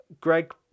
Greg